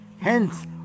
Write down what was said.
Hence